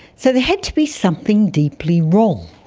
so there had to be something deeply wrong.